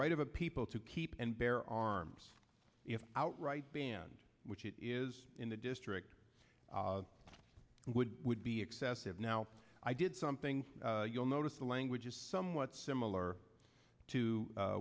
right of a people to keep and bear arms if outright banned which it is in the district would would be excessive now i did something you'll notice the language is somewhat similar to